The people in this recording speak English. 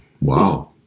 Wow